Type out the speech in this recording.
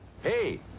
Hey